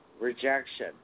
Rejection